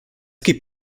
gibt